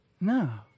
No